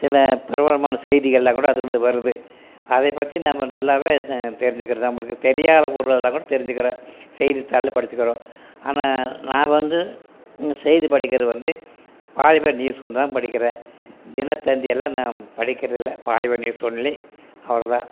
சில பிரபலமான செய்திகளில் கூட அதில் இருந்து வருது அதை பற்றி நம்ம நல்லாவே தெரிஞ்சுக்கிறோம் நம்மளுக்கு தெரியாத ஊரில் கூட தெரிஞ்சுக்கிறோம் செய்தித்தாளில் படிச்சுக்கிறோம் ஆனால் நான் வந்து செய்தி படிக்கிறது வந்து பாலிமர் நியூஸ் ஒன்று தான் படிக்கிறேன் தினத்தந்தி எல்லாம் நான் படிக்கிறது இல்லை பாலிமர் நியூஸ் ஒன்லி அவ்வளோ தான்